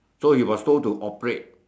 so he was told to operate